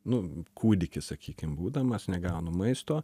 nu kūdikis sakykim būdamas negaunu maisto